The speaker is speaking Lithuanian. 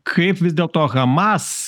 kaip vis dėlto hamas